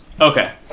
Okay